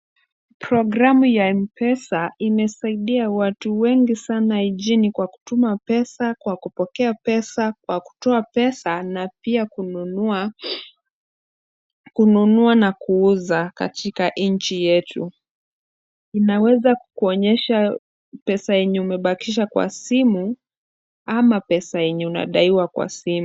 Programu ya M-Pesa imesaidia watu wengi sana nchi kwa kutuma pesa, kwa kupokea pesa, kwa kutoa pesa na pia kununua na kuuza katika nchi yetu. Inaweza kukuonyesha pesa yenye umebakisha kwa simu ama pesa yenye unadaiwa kwa simu.